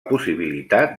possibilitat